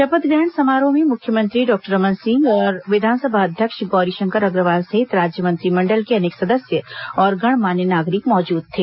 शपथ ग्रहण समारोह में मुख्यमंत्री डॉक्टर रमन सिंह और विधानसभा अध्यक्ष गौरीशंकर अग्रवाल सहित राज्य मंत्रिमंडल के अनेक सदस्य और गणमान्य नागरिक मौजूद थे